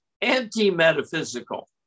anti-metaphysical